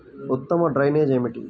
ఉత్తమ డ్రైనేజ్ ఏమిటి?